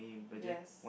yes